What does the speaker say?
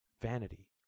Vanity